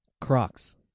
Crocs